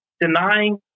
denying